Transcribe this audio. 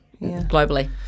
globally